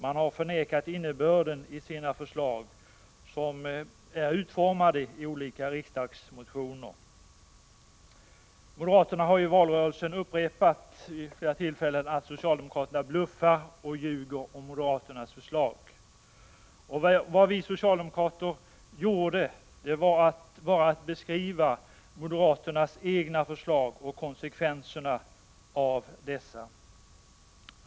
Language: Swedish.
De har förnekat innebörden i de förslag som är utformade i olika riksdagsmotioner. I valrörelsen har moderaterna vid flera tillfällen upprepat att socialdemokraterna bluffar och ljuger om deras förslag. Men vad vi socialdemokrater gjorde var att beskriva förslagen och konsekvenserna av dessa.